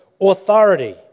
authority